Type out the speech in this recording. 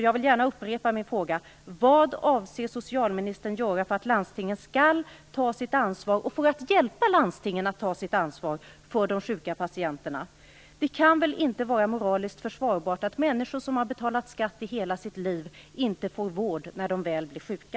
Jag vill gärna upprepa min fråga: Vad avser socialministern göra för att landstingen skall ta sitt ansvar för de sjuka patienterna och för att hjälpa landstingen att göra det? Det kan väl inte vara moraliskt försvarbart att människor som har betalat skatt i hela sitt liv inte får vård när de väl blir sjuka?